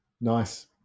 Nice